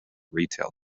retail